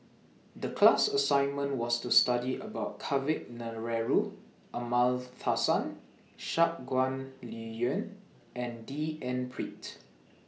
The class assignment was to study about Kavignareru Amallathasan Shangguan Liuyun and D N Pritt